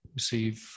receive